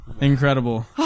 incredible